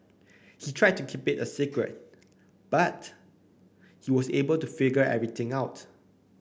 they tried to keep it a secret but he was able to figure everything out